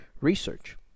research